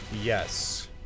Yes